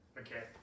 okay